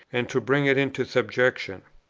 and to bring it into subjection.